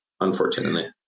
unfortunately